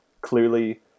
clearly